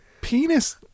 penis